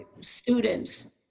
students